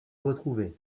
retrouvé